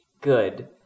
good